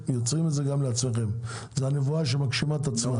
יוצרים את זה לעצמכם, זו נבואה שמגשימה את עצמה.